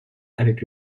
avec